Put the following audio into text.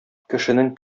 кешенең